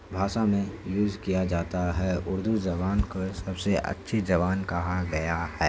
بھاسا میں یوز کیا جاتا ہے اردو زبان کو سب سے اچھی زبان کہا گیا ہے